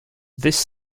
this